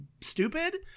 stupid